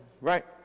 right